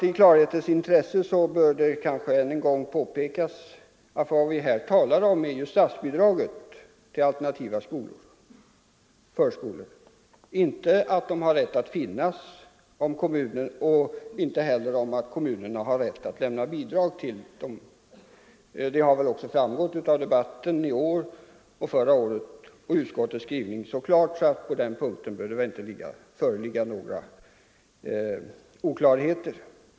I klarhetens intresse bör det nog än en gång påpekas att vad vi här talar om är statsbidraget till alternativa förskolor, inte om skolornas rätt att finnas till och inte heller om kommunernas rätt att lämna bidrag till sådana skolor. Det har väl också framgått av debatten förra året och i år. Utskottets skrivning är dessutom så klar att det på den punkten inte bör råda någon oklarhet.